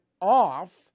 off